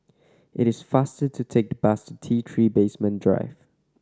it is faster to take the bus T Three Basement Drive